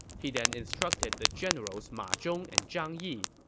he then instructed the generals ma zhong and zhang yi,